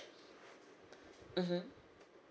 mmhmm